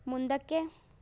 ಮುಂದಕ್ಕೆ